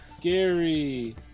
Gary